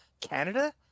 Canada